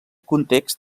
context